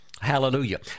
Hallelujah